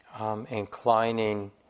inclining